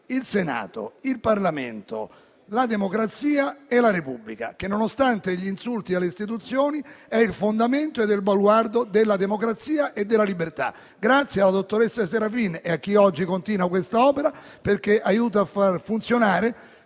il Senato, il Parlamento, la democrazia e la Repubblica che, nonostante gli insulti alle istituzioni, costituiscono il fondamento e il baluardo della democrazia e della libertà. Grazie alla dottoressa Serafin e a chi oggi continua questa opera perché aiuta a far funzionare